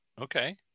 okay